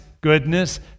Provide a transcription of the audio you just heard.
goodness